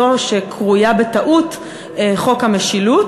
זו שקרויה בטעות "חוק המשילות",